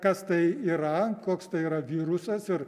kas tai yra koks tai yra virusas ir